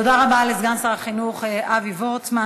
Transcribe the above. תודה רבה לסגן שר החינוך אבי וורצמן.